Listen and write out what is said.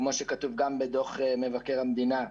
כמו שכתוב בדוח מבקר המדינה,